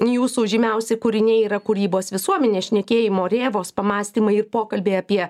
jūsų žymiausi kūriniai yra kūrybos visuomenė šnekėjimo rėvos pamąstymai ir pokalbiai apie